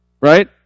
Right